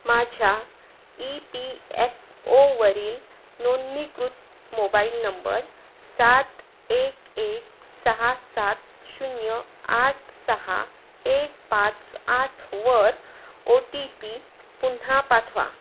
माझ्या E P F ओवरील नोंदणीकृत मोबाईल नंबर सात एक एक सहा सात शून्य आठ सहा एक पाच आठवर ओ टी पी पुन्हा पाठवा